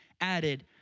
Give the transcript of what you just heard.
added